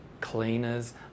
cleaners